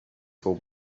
for